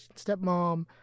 stepmom